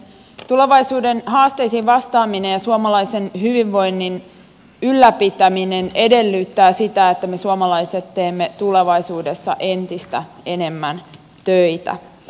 tulevaisuuden haasteisiin vastaaminen ja suomalaisen hyvinvoinnin ylläpitäminen edellyttävät sitä että me suomalaiset teemme tulevaisuudessa entistä enemmän töitä